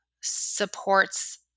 supports